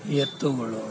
ಎತ್ತುಗಳು